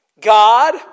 God